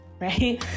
right